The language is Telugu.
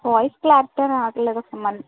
వాయిస్ క్లారిటీగా రావట్లేదు ఒకసారి